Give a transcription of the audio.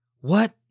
What